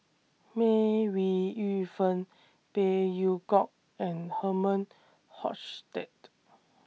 May Ooi Yu Fen Phey Yew Kok and Herman Hochstadt